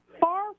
far